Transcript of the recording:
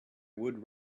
would